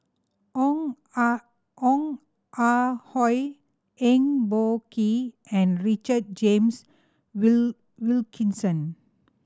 Ong Ah Ong Ah Hoi Eng Boh Kee and Richard James Wilkinson